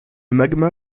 magma